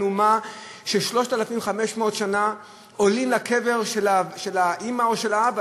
אין אומה ש-3,500 שנה בניה עולים לקבר של האימא או של האבא,